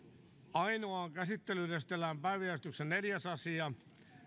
ainoaan käsittelyyn esitellään päiväjärjestyksen neljäs asia